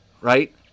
right